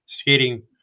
skating